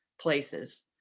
places